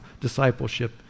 discipleship